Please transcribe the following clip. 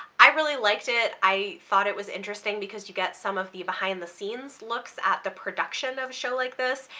i really liked it. i thought it was interesting because you get some of the behind the scenes looks at the production of show like this,